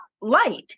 light